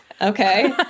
Okay